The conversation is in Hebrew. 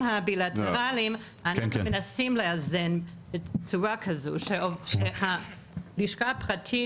אבל אנחנו מנסים לאזן בצורה כזו שהלשכה הפרטית